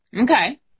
Okay